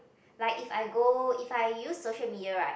like if I go if I use social media right